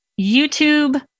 YouTube